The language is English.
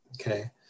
Okay